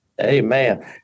Amen